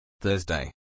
Thursday